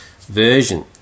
version